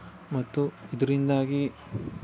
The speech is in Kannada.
ಮತ್ತು ಇದರಿಂದಾಗಿ